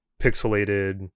pixelated